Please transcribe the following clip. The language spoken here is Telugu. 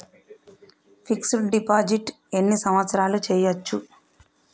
ఫిక్స్ డ్ డిపాజిట్ ఎన్ని సంవత్సరాలు చేయచ్చు?